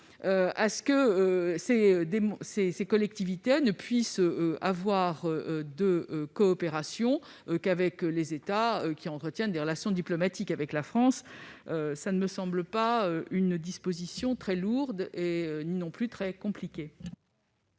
à que les collectivités territoriales ne puissent avoir de coopération qu'avec les États qui entretiennent des relations diplomatiques avec la France. Cela ne me semble pas constituer une disposition très lourde ni très compliquée.